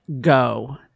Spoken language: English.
go